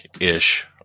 ish